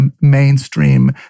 mainstream